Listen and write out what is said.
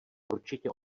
určitě